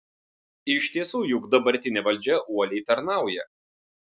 iš tiesų juk dabartinė valdžia uoliai tarnauja